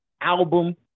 album